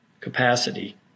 capacity